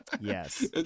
Yes